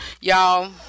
Y'all